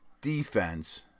defense